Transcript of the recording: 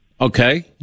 okay